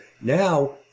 now